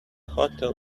hotel